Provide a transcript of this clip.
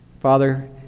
Father